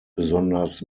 besonders